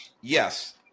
yes